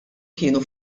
kienu